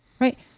right